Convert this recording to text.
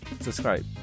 subscribe